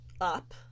up